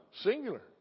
Singular